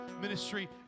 ministry